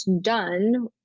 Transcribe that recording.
done